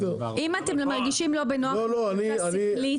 --- אם אתם מרגישים לא בנוח עם החולשה השכלית,